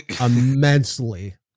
immensely